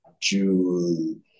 June